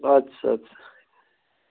اَدٕ سا اَدٕ سا